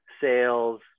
sales